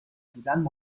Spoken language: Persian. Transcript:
بودند